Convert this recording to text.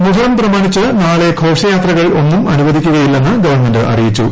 മുഹറം പ്രമാണിച്ച് നാളെ ഘോഷയാത്രകൾ ഒന്നും അനുവദിക്കില്ലെന്ന് ഗവൺമെന്റ് അറിയിച്ചു